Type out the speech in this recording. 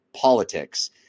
politics